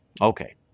Okay